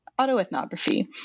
autoethnography